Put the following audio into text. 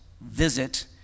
visit